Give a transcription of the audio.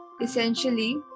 Essentially